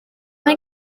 mae